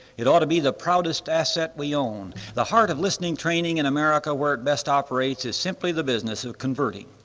it ought to be the proudest asset we own. the heart of listening training in america where it best operates is simply the business of converting.